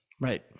Right